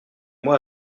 mois